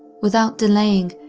without delaying,